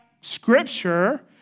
Scripture